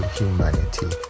humanity